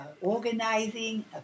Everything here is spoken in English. organizing